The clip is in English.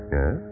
Yes